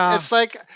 um it's like,